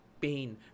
pain